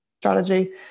strategy